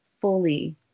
fully